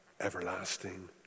everlasting